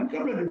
לא קבלנים.